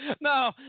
No